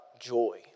Joy